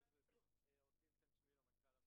ד"ר הולשטיין, עשה בדיקה מי הן הנשים שמתגלות